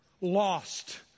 lost